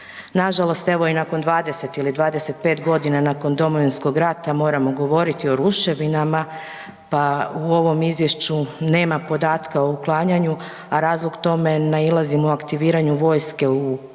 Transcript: Nažalost, evo i nakon 20 ili 25 godina nakon Domovinskog rata moramo govoriti o ruševinama pa u ovom izvješću nema podatka o uklanjanju, a razlog tome nailazimo u aktiviranju vojske u